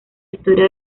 historia